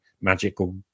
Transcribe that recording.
magical